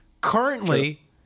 Currently